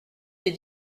des